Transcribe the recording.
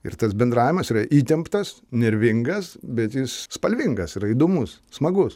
ir tas bendravimas yra įtemptas nervingas bet jis spalvingas yra įdomus smagus